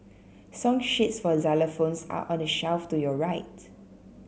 song sheets for xylophones are on the shelf to your right